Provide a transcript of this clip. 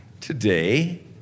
today